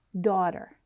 Daughter